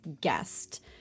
guest